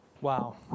Wow